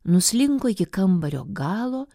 nuslinko iki kambario galo